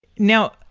now,